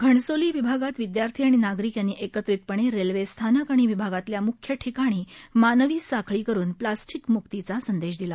घणसोली विभागात विद्यार्थी आणि नागरिक यांनी एकत्रितपणे रेल्वे स्थानक आणि विभागातल्या मुख्य ठिकाणी मानवी साखळी करून प्लास्टिकमुक्तीचा संदेश दिला